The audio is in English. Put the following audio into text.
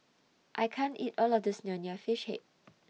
I can't eat All of This Nonya Fish Head